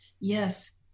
Yes